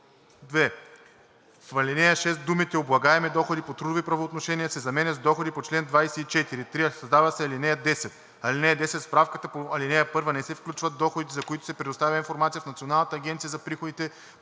2. В ал. 6 думите „облагаеми доходи по трудови правоотношения“ се заменят с „доходи по чл. 24“. 3. Създава се ал. 10: „(10) В справката по ал. 1 не се включват доходите, за които се предоставя информация в Националната агенция за приходите